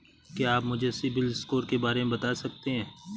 क्या आप मुझे सिबिल स्कोर के बारे में बता सकते हैं?